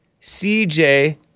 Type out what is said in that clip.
CJ